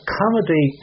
comedy